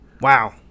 Wow